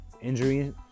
injury